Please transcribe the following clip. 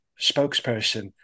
spokesperson